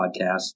podcast